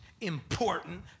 important